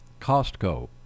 Costco